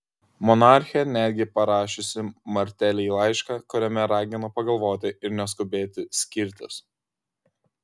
monarchė netgi parašiusi martelei laišką kuriame ragino pagalvoti ir neskubėti skirtis